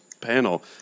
panel